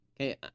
Okay